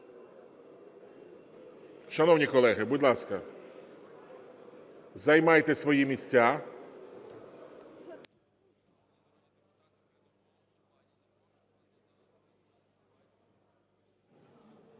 Шановні колеги, будь ласка, займайте свої місця.